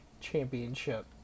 championship